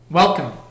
Welcome